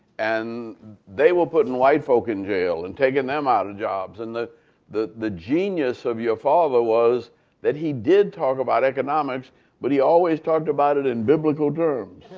and they were putting white folk in jail and taking them out of jobs and the the genius of your father was that he did talk about economics but he always talked about it in biblical terms.